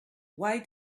why